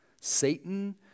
Satan